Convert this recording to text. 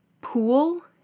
pool